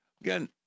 Again